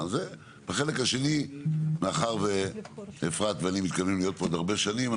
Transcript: בחלק השני מאחר ואפרת ואני מתכוונים להיות פה עוד הרבה שנים,